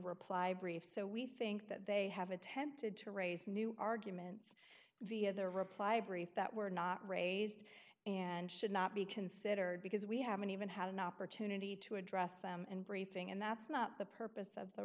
reply brief so we think that they have attempted to raise new arguments via the reply brief that were not raised and should not be considered because we haven't even had an opportunity to address them and briefing and that's not the purpose of the